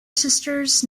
sisters